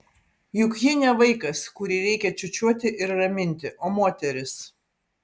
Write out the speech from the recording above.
juk ji ne vaikas kurį reikia čiūčiuoti ir raminti o moteris